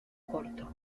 corto